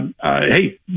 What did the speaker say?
hey